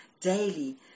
daily